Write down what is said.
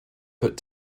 put